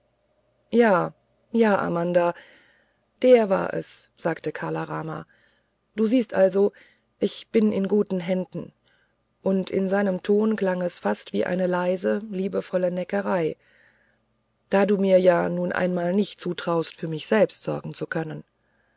ja ja amanda der war es sagte kala rama du siehst also ich bin in guten händen und in seinem ton klang es fast wie eine leise liebevolle neckerei da du mir ja nun einmal nicht zutraust für mich selber sorgen zu können